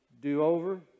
do-over